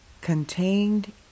contained